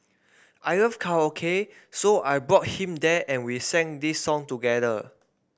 I love karaoke so I brought him there and we sang this song together